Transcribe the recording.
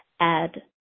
add